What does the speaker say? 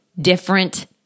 different